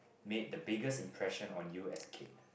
made the biggest impression on you as a kid